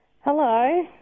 Hello